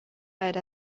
بعد